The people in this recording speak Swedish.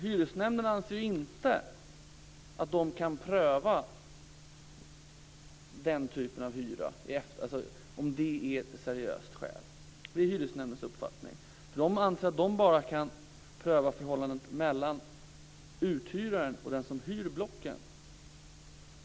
Hyresnämnden anser inte att den kan pröva om den typen av hyra är seriöst skäl. Den anser att den bara kan pröva förhållandet mellan uthyraren och den som hyr blocken.